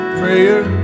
prayer